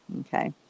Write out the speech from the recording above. Okay